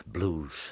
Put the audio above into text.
Blues